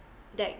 that